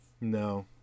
No